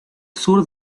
sur